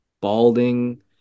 balding